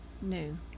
new